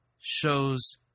shows